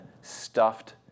stuffed